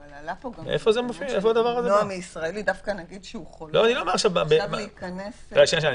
עלה פה בדיון: האם ניתן למנוע מישראלי דווקא כשהוא חולה להיכנס לישראל?